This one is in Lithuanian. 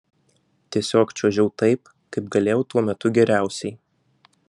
tiesiog čiuožiau taip kaip galėjau tuo metu geriausiai